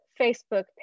Facebook